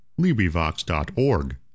LibriVox.org